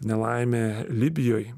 nelaimę libijoj